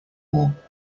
war